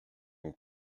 mon